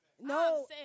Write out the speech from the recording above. No